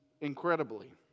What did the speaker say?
incredibly